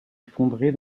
effondré